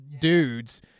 dudes